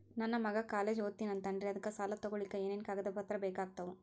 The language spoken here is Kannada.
ನನ್ನ ಮಗ ಕಾಲೇಜ್ ಓದತಿನಿಂತಾನ್ರಿ ಅದಕ ಸಾಲಾ ತೊಗೊಲಿಕ ಎನೆನ ಕಾಗದ ಪತ್ರ ಬೇಕಾಗ್ತಾವು?